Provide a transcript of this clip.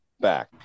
back